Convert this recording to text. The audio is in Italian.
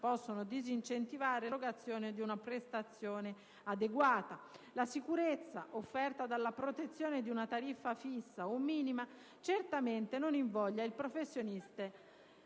possono disincentivare l'erogazione di una prestazione adeguata: la sicurezza offerta dalla protezione di una tariffa fissa o minima certamente non invoglia il professionista